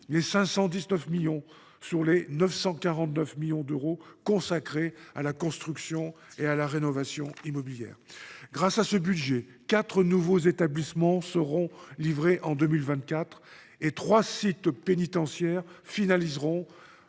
les 519 millions d’euros sur les 942 millions d’euros consacrés à la construction et à la rénovation immobilières. Grâce à ce budget, quatre nouveaux établissements seront livrés et trois sites pénitentiaires verront